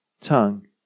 tongue